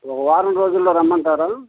ఒక వారం రోజుల్లో రమ్మంటారా